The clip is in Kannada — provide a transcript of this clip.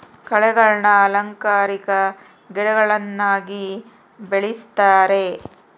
ಕಳೆಗಳನ್ನ ಅಲಂಕಾರಿಕ ಗಿಡಗಳನ್ನಾಗಿ ಬೆಳಿಸ್ತರೆ